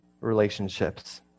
relationships